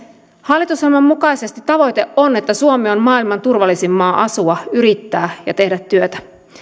hallitusohjelman mukaisesti tavoite on että suomi on maailman turvallisin maa asua yrittää ja tehdä työtä